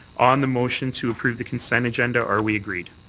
on the motion to approve the consent agenda, are we agreed?